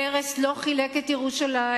פרס לא חילק את ירושלים,